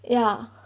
ya